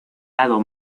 lado